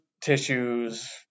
tissues